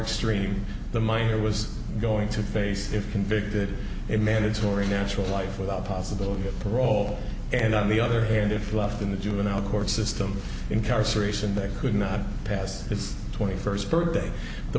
extreme the minor was going to face if convicted a mandatory natural life without possibility of parole and on the other hand if left in the juvenile court system incarceration they could not pass his twenty first birthday the